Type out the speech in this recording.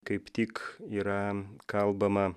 kaip tik yra kalbama